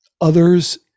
others